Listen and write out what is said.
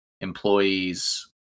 employees